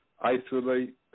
isolate